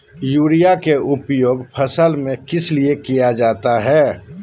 Urea के उपयोग फसल में किस लिए किया जाता है?